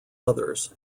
others